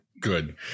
Good